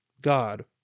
God